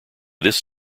this